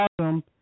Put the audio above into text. awesome